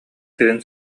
сирин